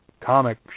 comic